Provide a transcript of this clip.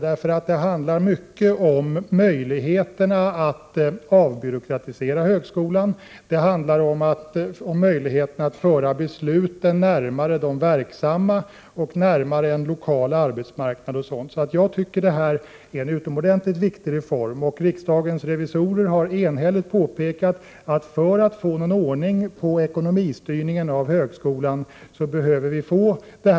Det handlar mycket om möjligheterna att avbyråkratisera högskolan och om möjligheterna att föra besluten närmare de verksamma, närmare en lokal arbetsmarknad osv. Jag tycker det är en utomordentligt viktig reform, och riksdagens revisorer har enhälligt påpekat att för att få ordning på ekonomistyrningen beträffande högskolan behöver vi detta system.